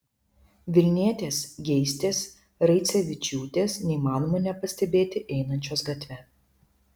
vilnietės geistės raicevičiūtės neįmanoma nepastebėti einančios gatve